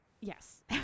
Yes